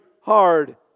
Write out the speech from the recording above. hard